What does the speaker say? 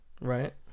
Right